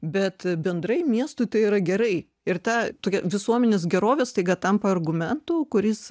bet bendrai miestui tai yra gerai ir ta tokia visuomenės gerovės staiga tampa argumentu kuris